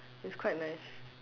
it's quite nice